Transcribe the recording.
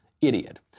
idiot